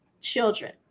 children